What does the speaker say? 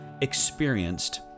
Experienced